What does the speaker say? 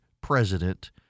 president